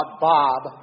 Bob